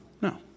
no